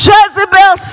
Jezebel